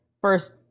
First